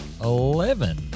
eleven